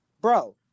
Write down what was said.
bro